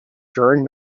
during